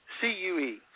C-U-E